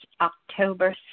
October